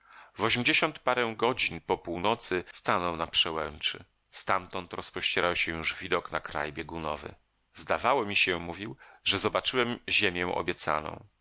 w ośmdziesiąt parę godzin po północy stanął na przełęczy stamtąd rozpościerał się już widok na kraj biegunowy zdawało mi się mówił że zobaczyłem ziemię obiecaną